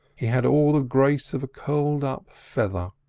he had all the grace of a curled-up feather.